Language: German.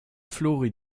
flori